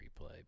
replay